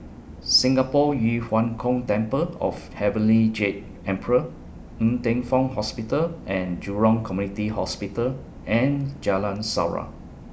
Singapore Yu Huang Gong Temple of Heavenly Jade Emperor Ng Teng Fong Hospital and Jurong Community Hospital and Jalan Surau